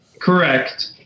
Correct